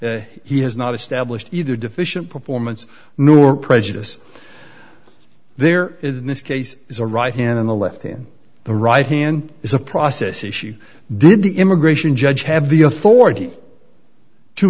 claim he has not established either deficient performance nor prejudice there in this case is a right hand in the left hand the right hand is a process issue did the immigration judge have the authority to